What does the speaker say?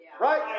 right